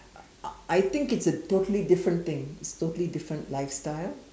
I I think it's a totally different thing it's totally different lifestyle